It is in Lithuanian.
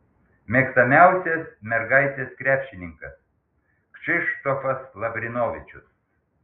mėgstamiausias mergaitės krepšininkas kšištofas lavrinovičius